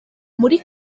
muri